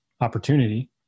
opportunity